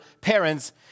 parents